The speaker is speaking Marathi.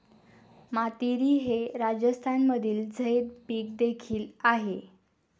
मातीरी हे राजस्थानमधील झैद पीक देखील आहे